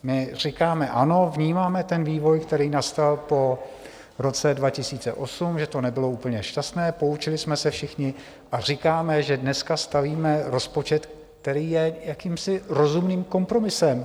My říkáme ano, vnímáme ten vývoj, který nastal po roce 2008, že to nebylo úplně šťastné, poučili jsme se všichni a říkáme, že dneska stavíme rozpočet, který je jakýmsi rozumným kompromisem.